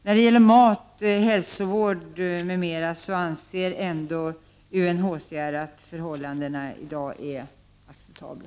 När det gäller mat, hälsovård m.m. anser UNHCR att förhållandena i dag är acceptabla.